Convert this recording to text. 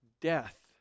death